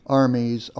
armies